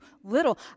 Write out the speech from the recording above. little